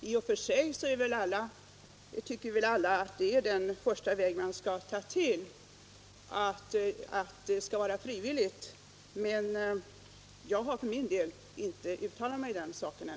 I och för sig tycker vi väl alla att frivilligt sparande är den första väg vi skall välja, men jag har för min del ännu inte uttalat mig i den frågan.